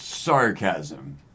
sarcasm